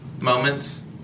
Moments